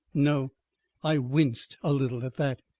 no i winced a little at that.